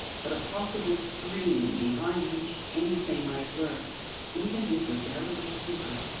but a possible screen behind which anything might lurk even his redoubtable secret.